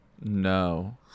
No